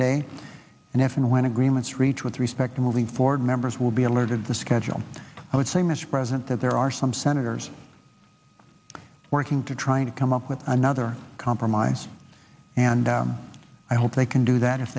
day and if and when agreements reach with respect to moving forward members will be alerted the schedule i would say mr president that there are some senators working to try to come up with another compromise and i hope they can do that if